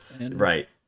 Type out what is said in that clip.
right